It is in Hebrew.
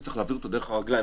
וצריך להעביר אותו דרך הרגליים.